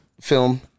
film